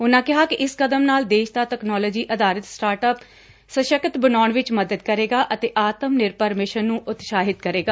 ਉਨਾ ਕਿਹਾ ਕਿ ਇਸ ਕਦਮ ਨਾਲ ਦੇਸ਼ ਦਾ ਤਕਨਾਲੋਜੀ ਅਧਾਰਿਤ ਸਟਾਰਟ ਅਪ ਸਸਕਤ ਬਣਾਉਣ ਵਿਚ ਮਦਦ ਕਰੇਗਾ ਅਤੇ ਆਤਮ ਨਿਰਭਰ ਮਿਸ਼ਨ ਨੂੰ ਉਤਸ਼ਾਹਿਤ ਕਰੇਗਾ